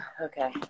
Okay